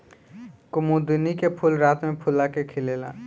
कुमुदिनी के फूल रात में फूला के खिलेला